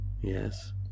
Yes